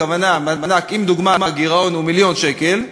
הכוונה אם לדוגמה הגירעון הוא 1 מיליון שקל,